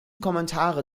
kommentare